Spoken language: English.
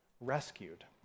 rescued